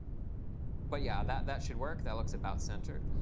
but yeah, that that should work. that looks about centered.